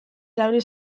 erabili